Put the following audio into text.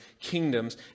kingdoms